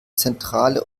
zentrale